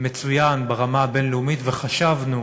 מצוין ברמה הבין-לאומית, וחשבנו